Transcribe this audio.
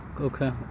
okay